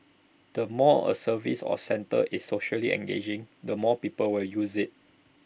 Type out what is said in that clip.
the more A service or centre is socially engaging the more people will use IT